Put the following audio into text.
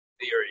theory